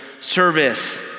service